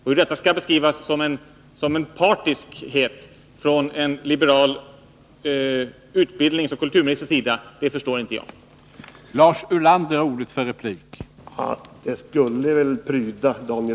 Hur man kan beskriva detta som en partiskhet från en liberal utbildningsoch kulturministers sida förstår jag inte.